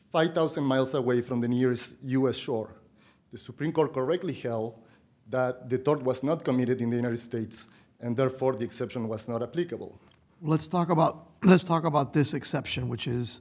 fight thousand miles away from the nearest u s shore the supreme court correctly hell that they thought was not committed in the united states and therefore the exception was not a political let's talk about let's talk about this exception which is